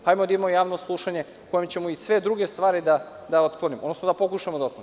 Hajde da imamo javno slušanje u kome ćemo i sve druge stvari da otklonimo, odnosno da pokušamo da otklonimo.